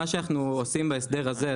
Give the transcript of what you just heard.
מה שאנחנו עושים בהסדר הזה,